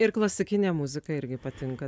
ir klasikinė muzika irgi patinka